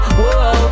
whoa